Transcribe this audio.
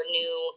new